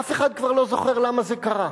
אף אחד כבר לא זוכר למה זה קרה,